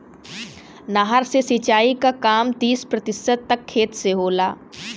नहर से सिंचाई क काम तीस प्रतिशत तक खेत से होला